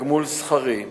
תגמול שכרי,